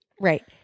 Right